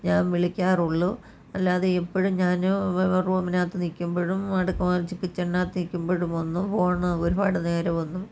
ഞാൻ വിളിക്കാറുള്ളൂ അല്ലാതെ എപ്പഴും ഞാൻ റൂമിനകത്ത് നിൽക്കുമ്പോഴും കിച്ചണിനകത്ത് നിൽക്കുമ്പോഴും ഒന്നും ഫോണ് ഒരുപാട് നേരമൊന്നും